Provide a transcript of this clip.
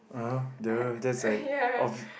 okay I ya